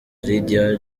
lydia